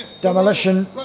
demolition